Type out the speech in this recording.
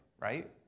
right